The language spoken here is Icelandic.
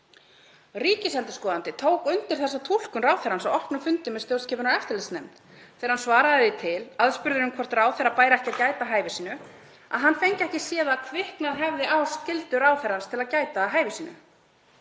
Ríkisendurskoðandi tók undir þessa túlkun ráðherra á opnum fundi með stjórnskipunar- og eftirlitsnefnd þegar hann svaraði því til, aðspurður um hvort ráðherra bæri ekki að gæta að hæfi sínu, að hann fengi ekki séð að „kviknað hefði á“ skyldu ráðherrans til að gæta að hæfi sínu.